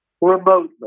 remotely